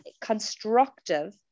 constructive